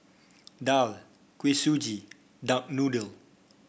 daal Kuih Suji Duck Noodle